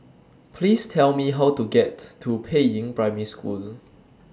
Please Tell Me How to get to Peiying Primary School